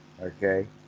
Okay